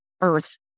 earth